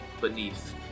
beneath